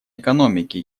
экономике